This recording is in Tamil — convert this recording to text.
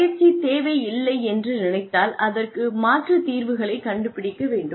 பயிற்சி தேவை இல்லை என்று நினைத்தால் அதற்கு மாற்று தீர்வுகளை கண்டுபிடிக்க வேண்டும்